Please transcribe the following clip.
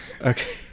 Okay